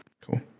Cool